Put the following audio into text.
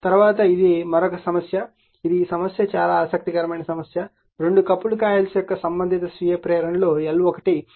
తరువాత ఇది మరొక సమస్య ఇది ఈ సమస్య చాలా ఆసక్తికరమైన సమస్య రెండు కపుల్డ్ కాయిల్స్ యొక్క సంబంధిత స్వీయ ప్రేరణలు L1 0